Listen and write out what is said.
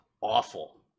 awful